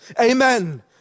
Amen